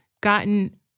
gotten